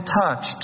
touched